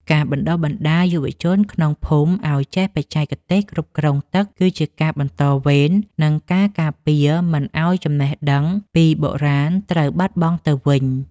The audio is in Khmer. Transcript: ការបណ្តុះបណ្តាលយុវជនក្នុងភូមិឱ្យចេះបច្ចេកទេសគ្រប់គ្រងទឹកគឺជាការបន្តវេន និងការការពារមិនឱ្យចំណេះដឹងពីបុរាណត្រូវបាត់បង់ទៅវិញ។